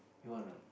you want or not